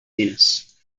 menace